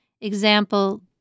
Example